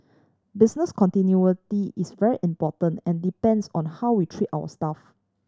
business continuity is very important and depends on how we treat our staff